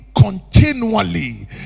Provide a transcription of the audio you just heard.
continually